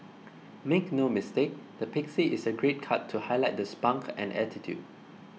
make no mistake the pixie is a great cut to highlight the spunk and attitude